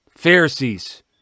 pharisees